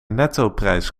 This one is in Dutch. nettoprijs